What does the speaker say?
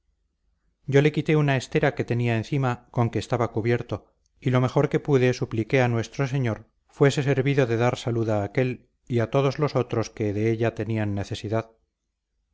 yo le quité una estera que tenía encima con que estaba cubierto y lo mejor que pude apliqué a nuestro señor fuese servido de dar salud a aquél y a todos los otros que de ella tenían necesidad